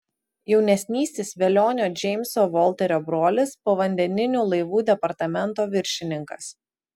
jaunesnysis velionio džeimso volterio brolis povandeninių laivų departamento viršininkas